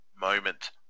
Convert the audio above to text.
moment